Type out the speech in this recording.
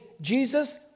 Jesus